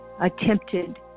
attempted